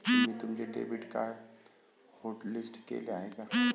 तुम्ही तुमचे debit card hotlist केले आहे का?